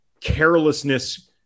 carelessness